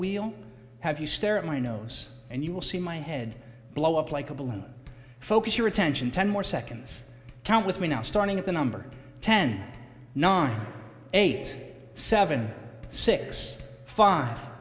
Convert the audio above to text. wheel have you stare at my nose and you will see my head blow up like a balloon focus your attention ten more seconds count with me now starting at the number ten nine eight seven six five